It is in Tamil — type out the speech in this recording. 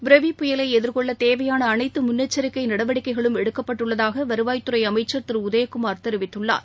புரெவி புயலை எதிர்கொள்ள தேவையான அனைத்து முன்னெச்சிக்கை நடவடிக்கைகளும் எடுக்கப்பட்டுள்ளதாக வருவாய்த்துறை அமைச்சர் திரு உதயகுமார் தெரிவித்துள்ளார்